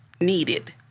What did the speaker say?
needed